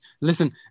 Listen